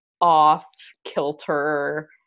off-kilter